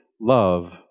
love